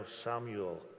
Samuel